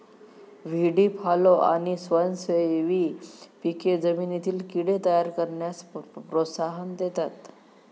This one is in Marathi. व्हीडी फॉलो आणि स्वयंसेवी पिके जमिनीतील कीड़े तयार करण्यास प्रोत्साहन देतात